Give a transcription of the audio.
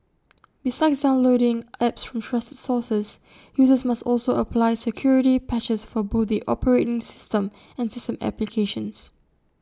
besides downloading apps from trusted sources users must also apply security patches for both the operating system and system applications